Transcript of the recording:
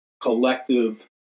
collective